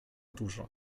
dużo